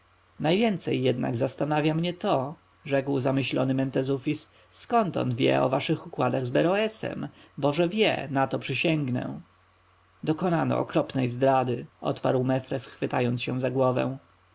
najwięcej jednak zastanawia mnie to rzekł zamyślony mentezufis skąd on wie o waszych układach z beroesem bo że wie na to przysięgnę dokonano okropnej zdrady odparł mefres chwytając się za głowę